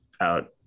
out